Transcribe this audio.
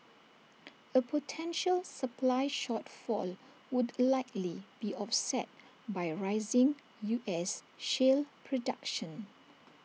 A potential supply shortfall would likely be offset by rising U S shale production